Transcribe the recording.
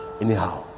anyhow